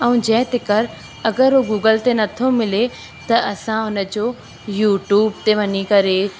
ऐं जंहिं ते कर अगरि उहो गूगल ते नथो मिले त असां हुन जो यूट्यूब ते वञी करे